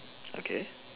okay